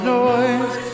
noise